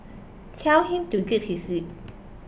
tell him to zip his lip